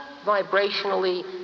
vibrationally